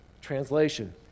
Translation